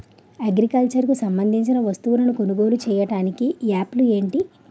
Agriculture కు సంబందించిన వస్తువులను కొనుగోలు చేయటానికి యాప్లు ఏంటి?